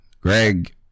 Greg